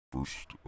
First